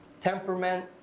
Temperament